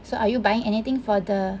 so are you buying anything for the